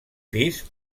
pis